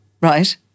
Right